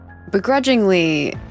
begrudgingly